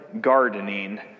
gardening